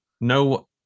no